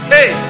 Hey